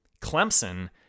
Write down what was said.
Clemson